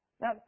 Now